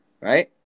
right